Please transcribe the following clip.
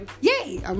yay